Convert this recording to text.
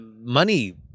money